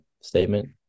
statement